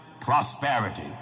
prosperity